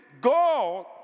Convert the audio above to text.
God